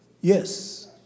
Yes